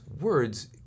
words